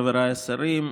חבריי השרים,